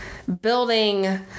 Building